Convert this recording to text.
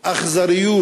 אכזריות.